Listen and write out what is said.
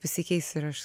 pasikeis ir aš